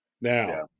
Now